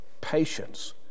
patience